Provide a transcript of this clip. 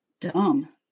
dumb